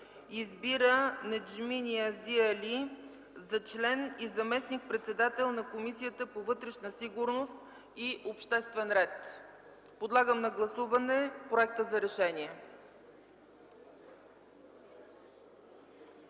Избира Неджми Ниязи Али за член и заместник-председател на Комисията по вътрешна сигурност и обществен ред.” Подлагам на гласуване проекта за решение.